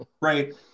Right